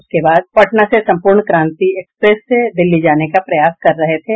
उसके बाद पटना से सम्पूर्ण क्रांति एक्सप्रेस से दिल्ली जाने का प्रयास कर रहे थे